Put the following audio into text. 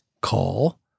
call